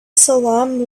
salem